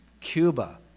Cuba